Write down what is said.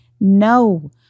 no